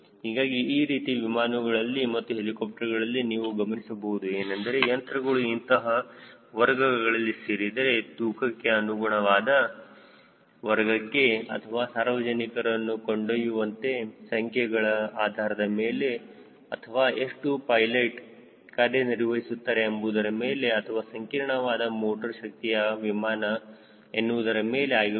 ಹೀಗಾಗಿ ಈ ರೀತಿ ವಿಮಾನಗಳಲ್ಲಿ ಮತ್ತು ಹೆಲಿಕಾಪ್ಟರ್ಗಳಲ್ಲಿ ನೀವು ಗಮನಿಸಬಹುದು ಏನಂದರೆ ಯಂತ್ರಗಳು ಇಂತಹ ಇಂತಹ ವರ್ಗಗಳಲ್ಲಿ ಸೇರಿದರೆ ತೂಕಕ್ಕೆ ಅನುಗುಣವಾದ ವರ್ಗಕ್ಕೆ ಅಥವಾ ಸಾರ್ವಜನಿಕರನ್ನು ಕೊಂಡೊಯ್ಯುವಂತೆ ಸಂಖ್ಯೆಗಳ ಆಧಾರದ ಮೇಲೆ ಅಥವಾ ಎಷ್ಟು ಪೈಲೆಟ್ ಕಾರ್ಯನಿರ್ವಹಿಸುತ್ತಾರೆ ಎಂಬುವುದರ ಮೇಲೆ ಅಥವಾ ಸಂಕೀರ್ಣವಾದ ಮೋಟರ್ ಶಕ್ತಿಯ ವಿಮಾನ ಎನ್ನುವುದರ ಮೇಲೆ ಆಗಿರುತ್ತದೆ